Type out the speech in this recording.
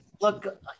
Look